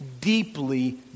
deeply